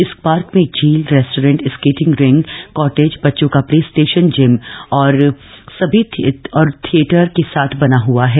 इस पार्क में एक झील रेस्टोरेंट स्केटिंग रिंग कॉटेज बच्चों का प्ले स्टेशन जिम और ओपन एमपी थिएटर एक साथ बना हआ है